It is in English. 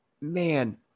man